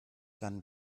dann